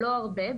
לא הרבה,